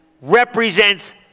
represents